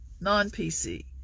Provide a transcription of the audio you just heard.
non-PC